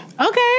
Okay